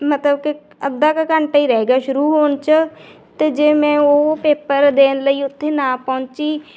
ਮਤਲਬ ਕਿ ਅੱਧਾ ਕੁ ਘੰਟਾ ਹੀ ਰਹਿ ਗਿਆ ਸ਼ੁਰੂ ਹੋਣ 'ਚ ਅਤੇ ਜੇ ਮੈਂ ਉਹ ਪੇਪਰ ਦੇਣ ਲਈ ਉੱਥੇ ਨਾ ਪਹੁੰਚੀ